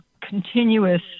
continuous